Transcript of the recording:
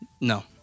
No